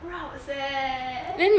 rabz eh